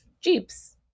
Jeeps